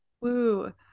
Woo